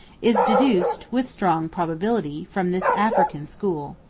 is deduced, with strong probability, from this african school.